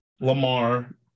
Lamar